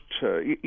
first